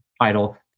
title